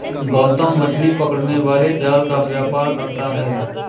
गौतम मछली पकड़ने वाले जाल का व्यापार करता है